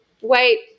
wait